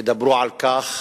ידברו על כך,